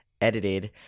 edited